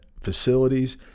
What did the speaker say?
facilities